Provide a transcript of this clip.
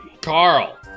Carl